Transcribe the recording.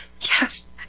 Yes